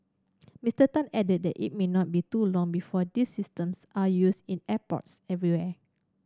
Mister Tan added that it may not be too long before these systems are used in airports everywhere